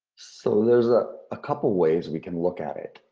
so there's a ah couple ways we can look at it.